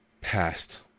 past